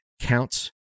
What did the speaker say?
counts